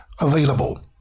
available